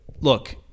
look